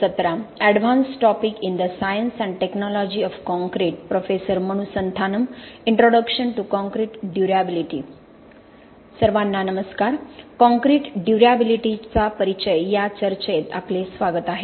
सर्वांना नमस्कार काँक्रीट ड्युर्याबिलिटीचा परिचय या चर्चेत आपले स्वागत आहे